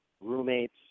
Roommates